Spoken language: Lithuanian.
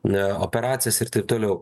na operacijas ir taip toliau